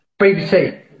BBC